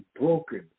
broken